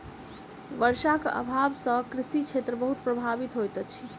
वर्षाक अभाव सॅ कृषि क्षेत्र बहुत प्रभावित होइत अछि